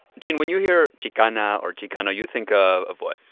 gene, when you hear chicana or chicano, you think of of what?